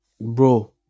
Bro